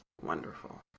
wonderful